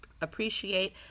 appreciate